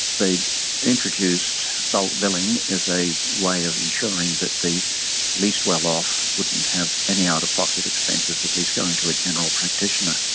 they introduced bulk-billing as a way of ensuring that the least well-off wouldn't have any out-of-pocket expenses, at least going to a general practitioner.